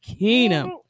keenum